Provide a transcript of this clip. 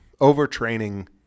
overtraining